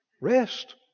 rest